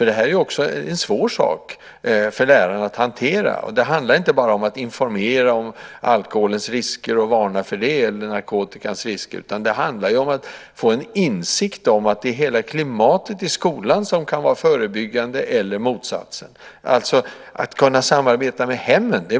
Detta är nämligen en svår sak för lärarna att hantera. Det handlar inte bara om att informera om och varna för alkoholens eller narkotikans risker, utan det handlar om att få en insikt om att hela klimatet i skolan kan vara förebyggande eller motsatsen. Det handlar om att kunna samarbeta med hemmen.